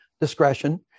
discretion